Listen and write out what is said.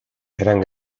eran